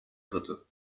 dritte